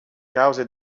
cause